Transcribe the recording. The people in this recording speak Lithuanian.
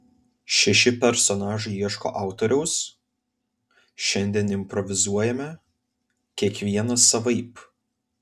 šeši personažai ieško autoriaus šiandien improvizuojame kiekvienas savaip